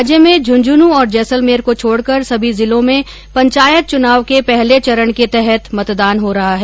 राज्य में झूंझूनू और जैसलमेर को छोड़कर सभी जिलों में पंचायत चुनाव के पहले चरण के तहत मतदान हो रहा है